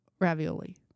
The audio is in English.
ravioli